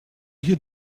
hear